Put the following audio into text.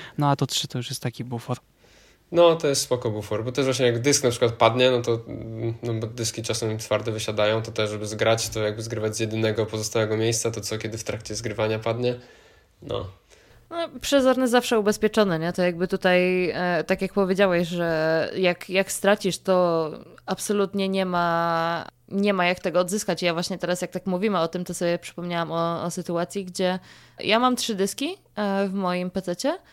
No, a to trzy to już jest taki bufor. No, to jest spoko bufor, bo też właśnie jak dysk na przykład padnie, no to, mm, no bo dyski czasem twarde wysiadają, to też żeby zgrać, to jakby zgrywać z jedynego pozostałego miejsca, to co kiedy w trakcie zgrywania padnie? No. No, przezorny zawsze ubezpieczony, nie? To jakby tutaj, e, tak jak powiedziałeś, że jak- jak stracisz, to absolutnie nie ma- nie ma jak tego odzyskać. Ja właśnie teraz, jak tak mówimy o tym, to sobie przypomniałam o- o sytuacji, gdzie ja mam trzy dyski, e, w moim pececie.